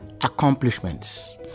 accomplishments